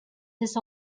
this